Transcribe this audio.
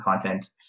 content